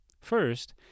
First